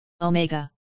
Omega